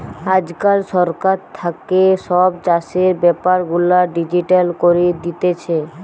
আজকাল সরকার থাকে সব চাষের বেপার গুলা ডিজিটাল করি দিতেছে